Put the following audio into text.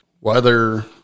weather